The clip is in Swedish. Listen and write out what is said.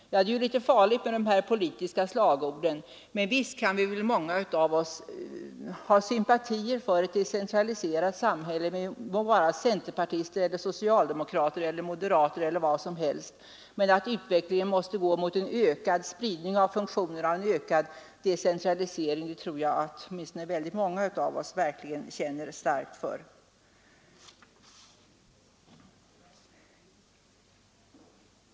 Det är litet farligt med de här politiska slagorden, men visst kan väl många av oss ha sympatier för tanken på ett decentraliserat samhälle, det må vara centerpartister eller socialdemokrater eller moderater eller företrädare för vilket parti som helst. Att utvecklingen måste gå mot en ökad spridning av funktioner och en ökad decentralisering tror jag att åtminstone många av oss verkligen känner starkt för.